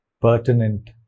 pertinent